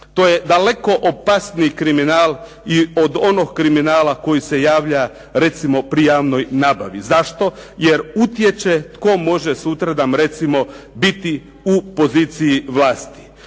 to je daleko opasniji kriminal i od onog kriminala koji se javlja recimo pri javnoj nabavi. Zašto? Jer utječe tko može sutradan recimo biti u poziciji vlasti.